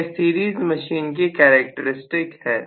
यह series machine की characteristics है